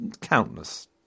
countless